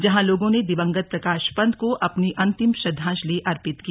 जहां लोगों ने दिवंगत प्रकाश पंत को अपनी अंतिम श्रद्धांजलि अर्पित की